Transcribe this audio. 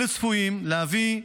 אלה צפויים להביא,